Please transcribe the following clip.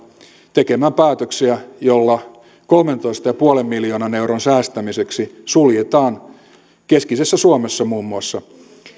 tekemään päätöksiä joilla kolmentoista pilkku viiden miljoonan euron säästämiseksi suljetaan keskisessä suomessa muun muassa